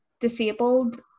disabled